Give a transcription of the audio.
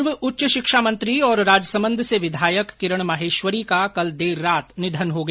पूर्व उच्च शिक्षा मंत्री और राजसमंद से विधायक किरण माहेश्वरी का कल देर रात निधन हो गया